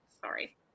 Sorry